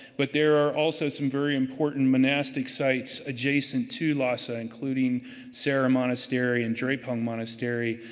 but there are also some very important monastic sites adjacent to lhasa including sera monastery and drepung monastery.